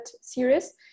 series